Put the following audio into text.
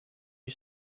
you